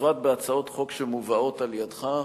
בפרט בהצעות חוק שמובאות על-ידך,